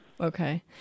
Okay